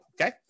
Okay